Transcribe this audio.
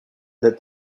that